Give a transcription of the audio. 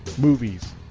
movies